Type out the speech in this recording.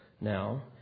now